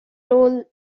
roles